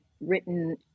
written